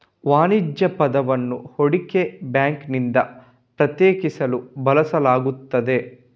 ವಾಣಿಜ್ಯ ಪದವನ್ನು ಹೂಡಿಕೆ ಬ್ಯಾಂಕಿನಿಂದ ಪ್ರತ್ಯೇಕಿಸಲು ಬಳಸಲಾಗುತ್ತದೆ